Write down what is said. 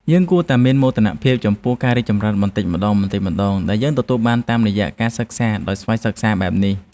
យើងគួរតែមានមោទនភាពចំពោះការរីកចម្រើនបន្តិចម្តងៗដែលយើងទទួលបានតាមរយៈការសិក្សាដោយស្វ័យសិក្សាបែបនេះ។